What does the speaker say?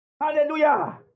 Hallelujah